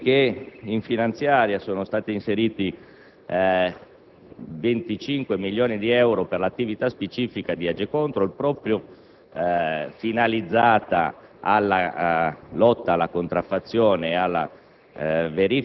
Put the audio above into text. Ecco allora che in finanziaria sono stati stanziati 25 milioni di euro per l'attività specifica di Agecontrol Spa, finalizzata proprio alla lotta alla contrattazione e alla